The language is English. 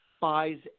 buys